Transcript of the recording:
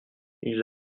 ils